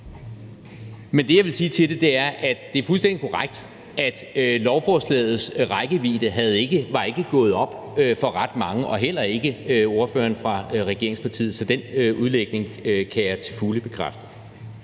Men det, jeg vil sige til det, er, at det er fuldstændig korrekt, at lovforslagets rækkevidde ikke var gået op for ret mange og heller ikke ordføreren fra regeringspartiet, så den udlægning kan jeg til fulde bekræfte.